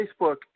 Facebook